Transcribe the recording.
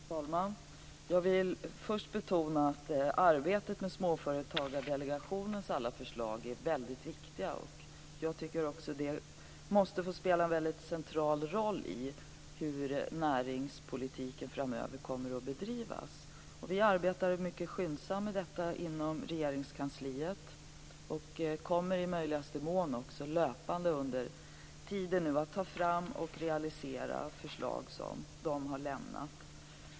Fru talman! Jag vill först betona att arbetet med Småföretagsdelegationens alla förslag är väldigt viktigt. Det måste få spela en central roll i hur näringspolitiken framöver kommer att bedrivas. Vi arbetar mycket skyndsamt med detta inom Regeringskansliet, och vi kommer i möjligaste mån löpande att ta fram och realisera förslag som delegationen har lämnat.